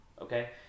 Okay